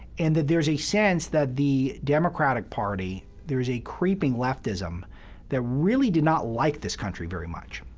and that there's a sense that the democratic party, there is a creeping leftism that really did not like this country very much.